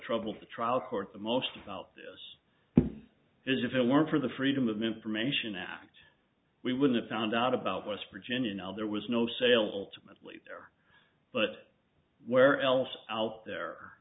troubled the trial court the most about this is if it weren't for the freedom of information act we would have found out about west virginia now there was no sale ultimately but where else out there